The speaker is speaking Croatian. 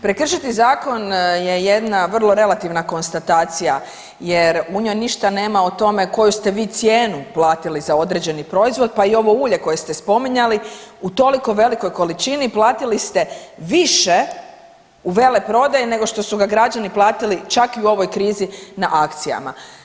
Prekršiti zakon je jedna vrlo relativna konstatacija jer u njoj ništa nema o tome koju ste vi cijenu platili za određeni proizvod, pa i ovo ulje koje ste spominjali u toliko velikoj količini platili ste više u veleprodaji nego što su ga građani platili čak i u ovoj krizi na akcijama.